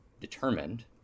determined